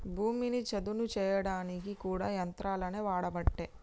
భూమిని చదును చేయడానికి కూడా యంత్రాలనే వాడబట్టే